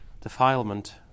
Defilement